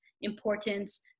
Importance